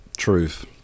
truth